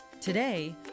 Today